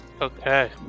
Okay